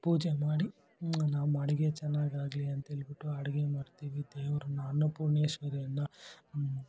ಪೂಜೆ ಮಾಡಿ ನಮ್ಮ ಅಡಿಗೆ ಚೆನ್ನಾಗಾಗಲಿ ಅಂತೇಳ್ಬಿಟ್ಟು ಅಡಿಗೆ ಮಾಡ್ತೀವಿ ದೇವರನ್ನ ಅನ್ನಪೂರ್ಣೇಶ್ವರಿಯನ್ನು